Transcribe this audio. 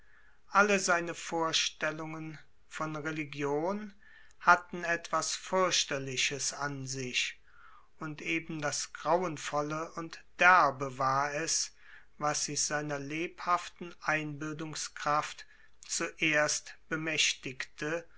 alle seine vorstellungen von religion hatten etwas fürchterliches an sich und eben das grauenvolle und derbe war es was sich seiner lebhaften einbildungskraft zuerst bemächtigte